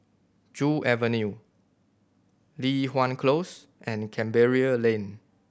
Joo Avenue Li Hwan Close and Canberra Lane